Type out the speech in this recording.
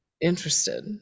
interested